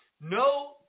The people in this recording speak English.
no